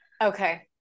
Okay